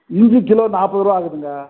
இஞ்சி கிலோ நாற்பது ரூபா ஆகுதுங்க